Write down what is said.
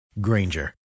Granger